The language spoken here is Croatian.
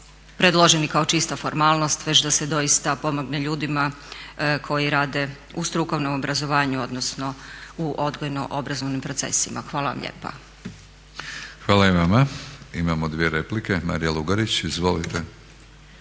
predloženi kao čista formalnost već da se doista pomogne ljudima koji rade u strukovnom obrazovanju odnosno u odgojno-obrazovnim procesima. Hvala vam lijepa. **Batinić, Milorad (HNS)** Hvala i vama. Imamo dvije replike. Marija Lugarić, izvolite.